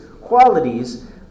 qualities